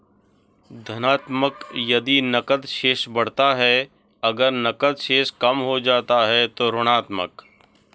धनात्मक यदि नकद शेष बढ़ता है, अगर नकद शेष कम हो जाता है तो ऋणात्मक